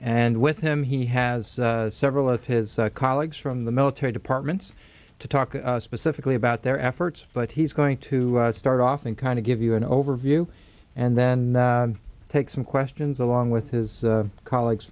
and with him he has several of his colleagues from the military departments to talk specifically about their efforts but he's going to start off and kind of give you an overview and then take some questions along with his colleagues